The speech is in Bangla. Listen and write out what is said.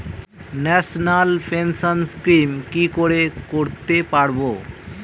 ন্যাশনাল পেনশন স্কিম কি করে করতে পারব?